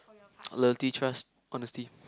loyalty trust honesty